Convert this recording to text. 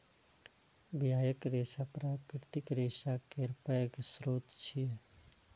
बियाक रेशा प्राकृतिक रेशा केर पैघ स्रोत छियै